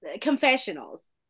confessionals